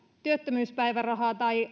työttömyyspäivärahaa tai